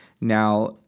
Now